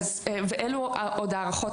ואלו עוד הערכות